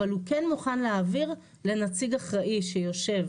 אבל הוא כן מוכן להעביר לנציג אחראי שיושב